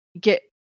get